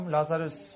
Lazarus